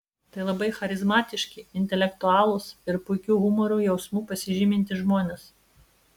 tai labai charizmatiški intelektualūs ir puikiu humoro jausmu pasižymintys žmonės